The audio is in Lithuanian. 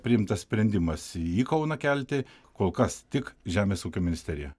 priimtas sprendimas į kauną kelti kol kas tik žemės ūkio ministeriją